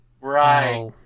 Right